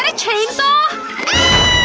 ah chainsaw